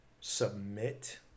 submit